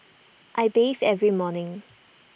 I bathe every morning